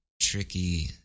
tricky